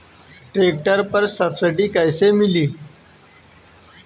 Tractor पर subsidy कैसे मिली?